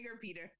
Peter